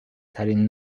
ترین